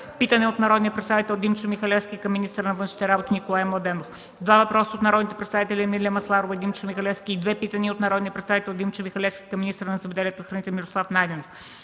питане от народния представител Димчо Михалевски към министъра на външните работи Николай Младенов; - два въпроса от народните представители Емилия Масларова и Димчо Михалевски и две питания от народния представител Димчо Михалевски към министъра на земеделието и храните Мирослав Найденов;